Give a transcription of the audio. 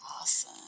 Awesome